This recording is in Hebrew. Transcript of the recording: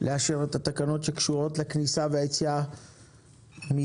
לאשר את התקנות שקשורות לכניסה והיציאה מישראל,